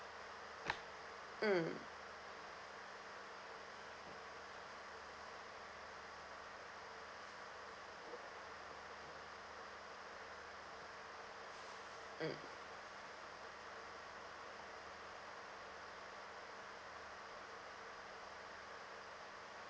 mm mm